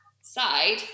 side